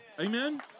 Amen